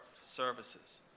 services